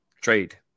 trade